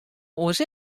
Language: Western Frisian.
oars